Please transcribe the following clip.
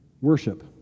Worship